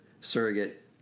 surrogate